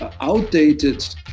outdated